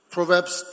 Proverbs